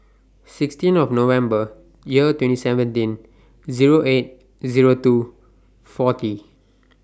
sixteen of November Year twenty seventeen Zero eight Zero two forty